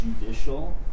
judicial